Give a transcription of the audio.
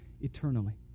eternally